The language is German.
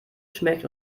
schmeckt